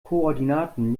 koordinaten